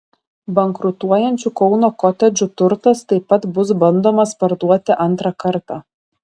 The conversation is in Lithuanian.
bankrutuojančių kauno kotedžų turtas taip pat bus bandomas parduoti antrą kartą